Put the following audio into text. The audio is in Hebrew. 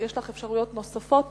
יש לך אפשרויות נוספות